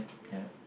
ya